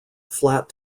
flat